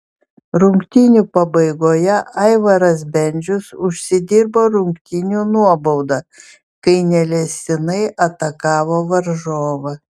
rungtynių pabaigoje aivaras bendžius užsidirbo rungtynių nuobaudą kai neleistinai atakavo varžovą